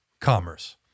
commerce